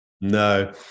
No